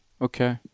Okay